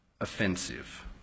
offensive